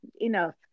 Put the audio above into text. enough